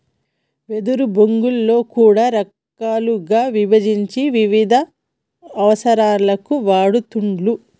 వెదురు బొంగులో కూడా రకాలుగా విభజించి వివిధ అవసరాలకు వాడుతూండ్లు